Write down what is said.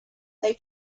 they